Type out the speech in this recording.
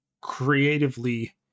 creatively